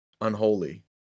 unholy